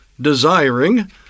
desiring